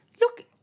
Look